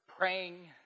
praying